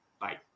Bye